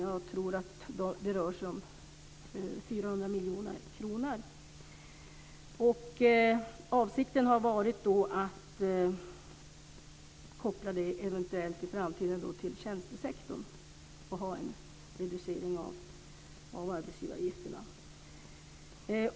Jag tror att det rör sig om 400 miljoner kronor. Avsikten har varit att i framtiden eventuellt koppla det till tjänstesektorn och att ha en reducering av arbetsgivaravgifterna.